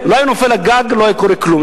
לא היה נופל הגג, לא היה קורה כלום.